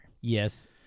Yes